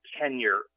tenure